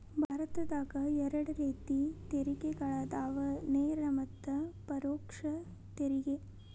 ಭಾರತದಾಗ ಎರಡ ರೇತಿ ತೆರಿಗೆಗಳದಾವ ನೇರ ಮತ್ತ ಪರೋಕ್ಷ ತೆರಿಗೆ